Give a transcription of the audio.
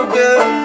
good